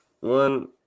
One